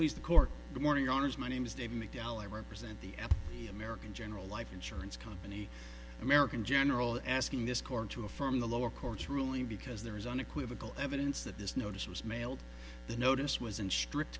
please the court the morning honors my name is dave mckellar represent the american general life insurance company american general asking this court to affirm the lower court's ruling because there is unequivocal evidence that this notice was mailed the notice was in strict